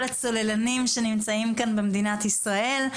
הצוללנים שנמצאים כאן במדינת ישראל.